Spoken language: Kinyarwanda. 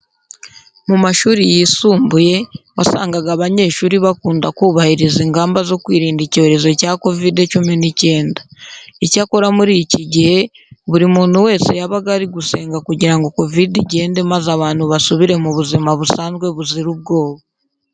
Mu mashuri yisumbuye wasangaga abanyeshuri bakunda kubahiriza ingamba zo kwirinda icyorezo cya Kovide cumi n'icyenda. Icyakora muri iki gihe, buri muntu wese yabaga ari gusenga kugira ngo Kovide igende maze abantu basubire mu buzima busanzwe buzira ubwoba.